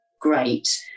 great